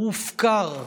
הוא הופקר.